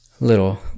Little